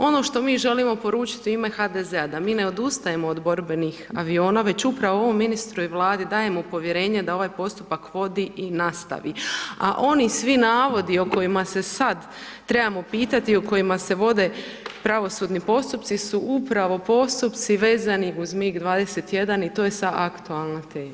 Ono što mi želimo poručiti u ime HDZ-a da mi ne odustajemo od borbenih aviona, već upravo ovom ministru i Vladi dajemo povjerenje da ovaj postupak vodi i nastavi, a oni svi navodi o kojima se sad trebamo pitati, o kojima se vode pravosudni postupci, su upravo postupci vezani uz mig 21 i to je sad aktualna tema.